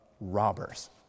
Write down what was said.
robbers